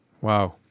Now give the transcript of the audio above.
Wow